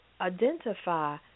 identify